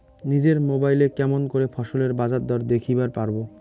নিজের মোবাইলে কেমন করে ফসলের বাজারদর দেখিবার পারবো?